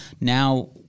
now